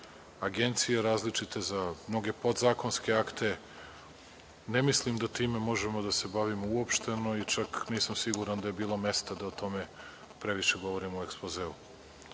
agencije, podzakonske akte. Ne mislim da time možemo da se bavimo uopšteno, čak nisam siguran da je bilo mesta da o tome previše govorim u ekspozeu. Što